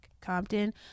Compton